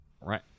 Right